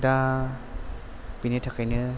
दा बिनि थाखायनो